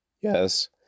Yes